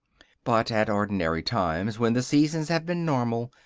but at ordinary times, when the seasons have been normal,